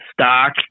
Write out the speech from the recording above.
stock